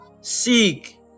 Seek